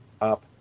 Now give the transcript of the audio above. up